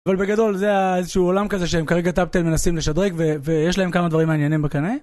אבל בגדול זה איזשהו עולם כזה שהם כרגע טאפטל מנסים לשדרג ויש להם כמה דברים מעניינים בקנה.